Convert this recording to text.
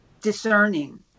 discerning